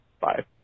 Bye